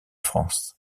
france